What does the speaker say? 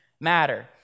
matter